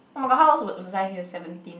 oh-my-god how old was was was I here seventeen